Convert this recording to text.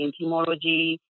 entomology